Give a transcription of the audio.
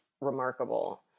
remarkable